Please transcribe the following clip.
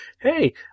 hey